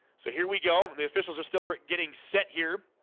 so here we go. the officials are still getting set here